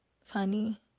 funny